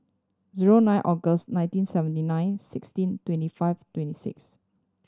zero nine August nineteen seventy nine sixteen twenty five twenty six